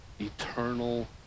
eternal